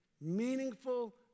meaningful